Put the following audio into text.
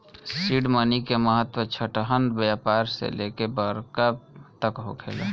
seed money के महत्व छोटहन व्यापार से लेके बड़का तक होखेला